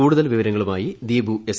കൂടുതൽ വിവരങ്ങളുമായി ദീപു എസ്